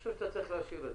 חושב שאתה צריך להשאיר.